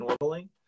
normally